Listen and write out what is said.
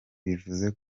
bivuze